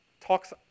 talks